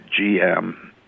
GM